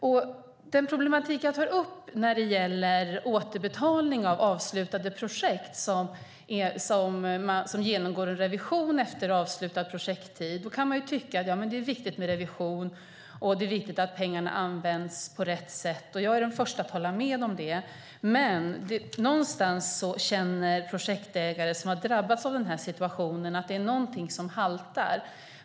Om den problematik jag tar upp när det gäller återbetalning avseende avslutade projekt som genomgår en revision efter avslutad projekttid kan man tycka att det är viktigt med revision och att pengarna används på rätt sätt. Jag är den första att hålla med om det. Men någonstans känner projektägare som drabbats av den här situationen att någonting haltar.